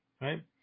right